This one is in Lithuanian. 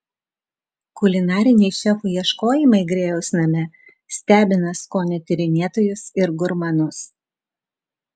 kulinariniai šefų ieškojimai grėjaus name stebina skonių tyrinėtojus ir gurmanus